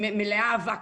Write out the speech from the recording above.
מלאה אבק,